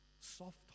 soft